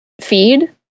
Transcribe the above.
feed